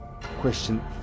Question